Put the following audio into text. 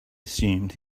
assumed